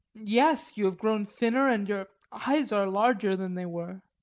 yes, you have grown thinner, and your eyes are larger than they were.